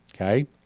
okay